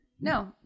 No